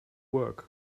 work